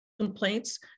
complaints